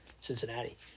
Cincinnati